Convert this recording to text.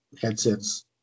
headsets